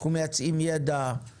אנחנו מייצאים ידע, מוצרים,